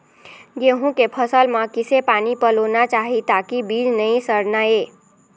गेहूं के फसल म किसे पानी पलोना चाही ताकि बीज नई सड़ना ये?